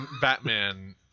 Batman